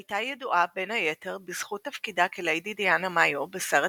הייתה ידועה בין היתר בזכות תפקידה כליידי דיאנה מאיו בסרט